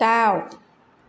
दाउ